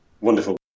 Wonderful